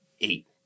eight